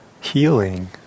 healing